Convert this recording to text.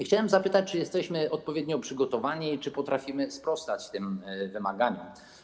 Chciałem zapytać: Czy jesteśmy odpowiednio przygotowani, czy potrafimy sprostać tym wymaganiom?